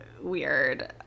weird